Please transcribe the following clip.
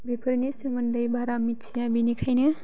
बेफोरनि सोमोन्दै बारा मिथिया बेनिखायनो